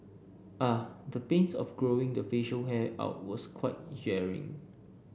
ah the pains of growing the facial hair out was quite jarring